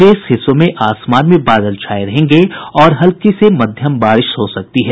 शेष हिस्सों में आसमान में बादल छाये रहेंगे और हल्की से मध्यम बारिश हो सकती है